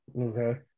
Okay